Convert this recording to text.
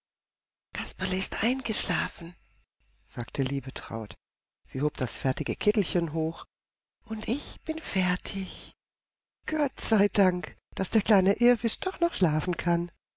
kasperle ist eingeschlafen sagte liebetraut sie hob das fertige kittelchen hoch und ich bin fertig gott sei dank daß der kleine irrwisch doch noch schlafen kann